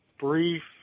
brief